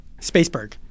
Spaceberg